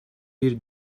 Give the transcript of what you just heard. bir